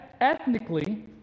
Ethnically